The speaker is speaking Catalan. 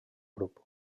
grup